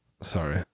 Sorry